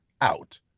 out